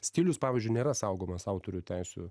stilius pavyzdžiui nėra saugomas autorių teisių